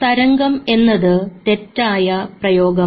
തരംഗം എന്നത് തെറ്റായ പ്രയോഗമാണ്